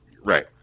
Right